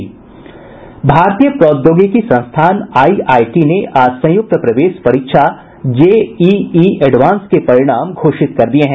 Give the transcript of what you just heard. भारतीय प्रौद्योगिकी संस्थान आईआईटी ने आज संयुक्त प्रवेश परीक्षा जेईई एडवांस के परिणाम घोषित कर दिए हैं